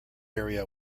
area